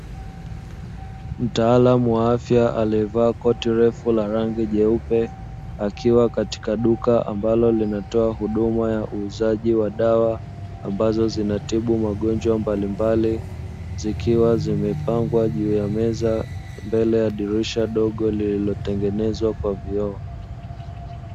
Mtaalamu wa afya aliyevaa koti refu la rangi jeupe, akiwa katika duka ambalo linatoa huduma ya uuzaji wa dawa, ambazo zinatibu magonjwa mbalimbali, zikiwa zimepangwa juu ya meza mbele ya dirisha dogo lililotengenezwa kwa vioo.